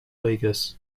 vegas